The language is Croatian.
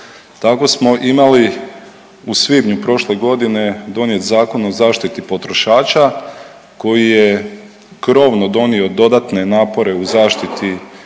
Tako smo imali u svibnju prošle godine donijet Zakon o zaštiti potrošača koji je krovno donio dodatne napore u zaštiti svih potrošača,